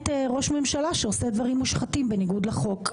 ראש ממשלה שעושה דברים מושחתים בניגוד לחוק.